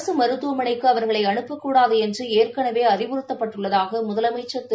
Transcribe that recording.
அரசுமருத்துவமனைக்கு அவர்களை அனுப்பக்கூடாதுஎன்றுஏற்கனவே அறிவுறத்தப்பட்டுள்ளதாகமுதலமைச்சர் திரு